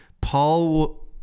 Paul